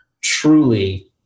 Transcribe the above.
truly